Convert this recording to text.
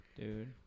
Dude